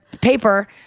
paper